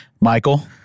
Michael